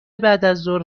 بعدازظهر